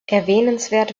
erwähnenswert